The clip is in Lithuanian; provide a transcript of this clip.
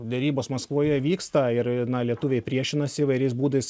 derybos maskvoje vyksta ir lietuviai priešinasi įvairiais būdais